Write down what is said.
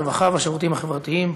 הרווחה והשירותים החברתיים,